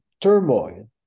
turmoil